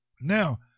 now